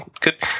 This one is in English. good